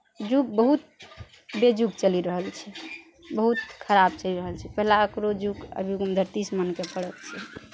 जुक बहुत बेजुक चलि रहल छै बहुत खराब चलि रहल छै पहिला एकरो जुग अभी धरतीस मन के फड़ल छै